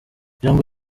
ijambo